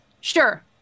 sure